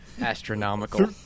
astronomical